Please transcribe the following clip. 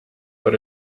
but